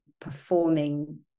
performing